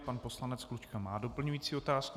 Pan poslanec Klučka má doplňující otázku.